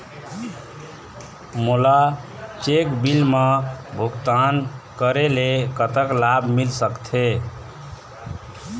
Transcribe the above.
मोला cheque bill मा भुगतान करेले कतक लाभ मिल सकथे?